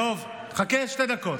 דב, חכה שתי דקות.